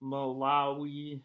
Malawi